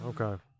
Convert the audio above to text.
okay